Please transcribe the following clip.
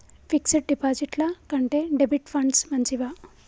Fix డ్ డిపాజిట్ల కంటే డెబిట్ ఫండ్స్ మంచివా?